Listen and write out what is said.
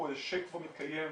--- שכבר מתקיים,